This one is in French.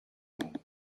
mot